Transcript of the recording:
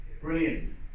Brilliant